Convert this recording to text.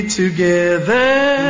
together